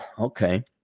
Okay